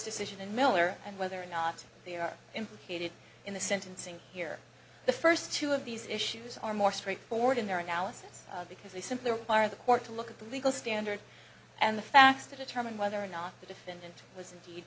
decision and miller and whether or not they are implicated in the sentencing here the first two of these issues are more straightforward in their analysis because they simply require the court to look at the legal standard and the facts to determine whether or not the defendant was indeed